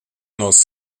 nosso